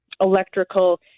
electrical